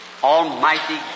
Almighty